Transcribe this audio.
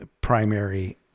primary